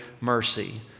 mercy